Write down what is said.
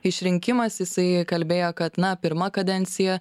išrinkimas jisai kalbėjo kad na pirma kadencija